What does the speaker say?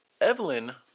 Evelyn